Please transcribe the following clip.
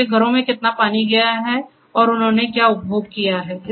उनके घरों में कितना पानी गया है और उन्होंने क्या उपभोग किया है